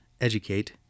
educate